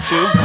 Two